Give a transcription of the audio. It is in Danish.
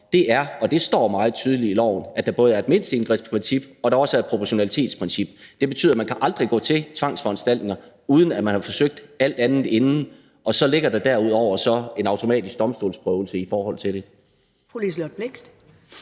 om, er – og det står meget tydeligt i loven – at der både er et mindsteindgrebsprincip, og at der også er et proportionalitetsprincip. Det betyder, at man aldrig kan gå til tvangsforanstaltninger, uden at man har forsøgt alt andet inden. Og så ligger der derudover en automatisk domstolsprøvelse i forhold til det.